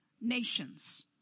nations